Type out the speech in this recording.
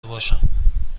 باشم